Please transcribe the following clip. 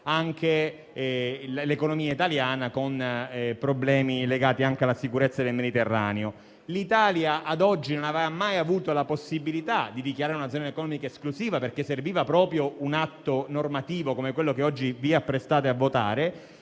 l'economia italiana, con effetti legati anche alla sicurezza nel Mediterraneo. L'Italia ad oggi non aveva mai avuto la possibilità di dichiarare una zona economica esclusiva, perché serviva proprio un atto normativo come quello che oggi vi apprestate a votare.